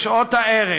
בשעות הערב,